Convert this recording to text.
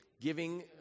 Giving